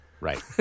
Right